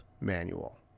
manual